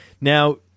Now